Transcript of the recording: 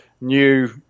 new